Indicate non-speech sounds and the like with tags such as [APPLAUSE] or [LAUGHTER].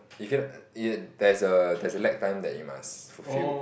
you hear the [NOISE] there's a there's a lag time that you must fulfill